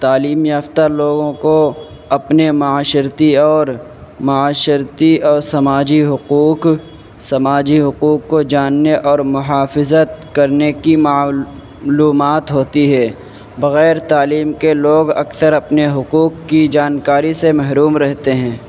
تعلیم یافتہ لوگوں کو اپنے معاشرتی اور معاشرتی اور سماجی حقوق سماجی حقوق کو جاننے اور محافظت کرنے کی معلومات ہوتی ہے بغیر تعلیم کے لوگ اکثر اپنے حقوق کی جانکاری سے محروم رہتے ہیں